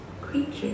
creatures